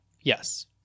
Yes